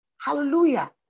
Hallelujah